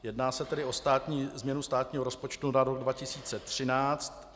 Jedná se tedy o změnu státního rozpočtu na rok 2013.